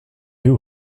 who